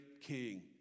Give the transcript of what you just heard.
king